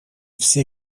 все